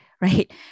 right